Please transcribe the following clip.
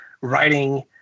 writing